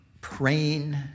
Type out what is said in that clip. praying